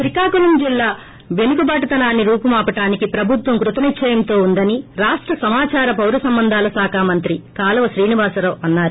శ్రీకాకుళం జిల్లా పెనకబాటుతనాన్ని రూపు మాపడానికి ప్రభుత్వం క్పత నిశ్వయంతో ఉందని రాష్ట సమాచార పోరాసంబంధాల శాఖ మంత్రి కాల్స శ్రేనివసరావు అన్నారు